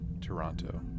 Toronto